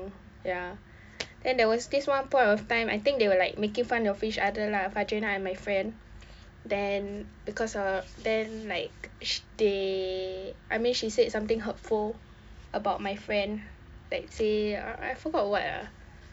ya then there was this one point of time I think they were like making fun of each other lah fadreena and my friend then because ah then like she they I mean she said something hurtful about my friend like say uh I forgot what ah